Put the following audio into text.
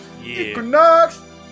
Equinox